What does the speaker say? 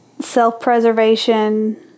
self-preservation